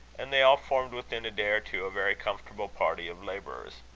and they all formed within a day or two a very comfortable party of labourers.